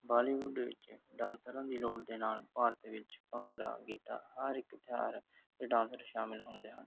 ਬਾਲੀਵੁੱਡ ਵਿੱਚ ਡਾਂਸਰਾਂ ਦੀ ਲੋੜ ਦੇ ਨਾਲ ਭਾਰਤ ਵਿੱਚ ਭੰਗੜਾ ਗਿੱਧਾ ਹਰ ਇੱਕ ਤਿਉਹਾਰ 'ਤੇ ਡਾਂਸਰ ਸ਼ਾਮਲ ਹੁੰਦੇ ਹਨ